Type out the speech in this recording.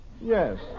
Yes